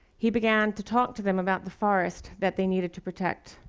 he began to talk to them about the forest that they needed to protect,